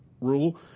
rule